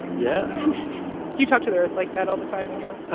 yes do you talk to the earth like that all the time when you're. ah